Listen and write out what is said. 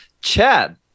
Chad